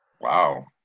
Wow